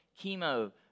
Chemo